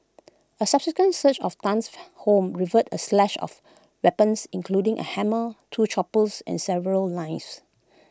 A subsequent search of Tan's home revealed A stash of weapons including A hammer two choppers and several knives